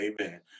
amen